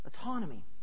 Autonomy